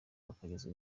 bakagezwa